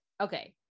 okay